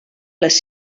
les